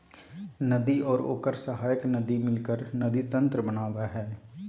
नदी और ओकर सहायक नदी मिलकर नदी तंत्र बनावय हइ